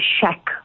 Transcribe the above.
shack